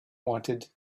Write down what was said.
wanted